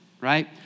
right